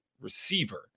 receiver